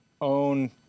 own